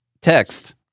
text